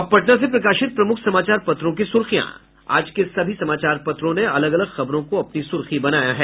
अब पटना से प्रकाशित प्रमुख समाचार पत्रों की सुर्खियां आज के सभी समाचार पत्रों ने अलग अलग खबरों को अपनी सुर्खी बनाया है